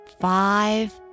five